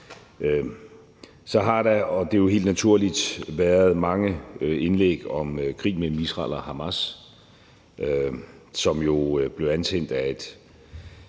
Så har der, og det er helt naturligt, været mange indlæg om krigen mellem Israel og Hamas, som jo blev antændt af et